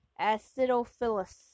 acidophilus